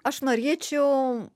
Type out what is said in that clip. aš norėčiau